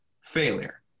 failure